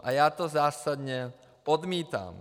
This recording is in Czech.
A já to zásadně odmítám.